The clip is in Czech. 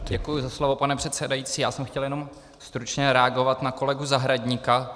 Děkuji za slovo, pane předsedající, já jsem chtěl jenom stručně reagovat na kolegu Zahradníka.